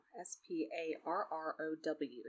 S-P-A-R-R-O-W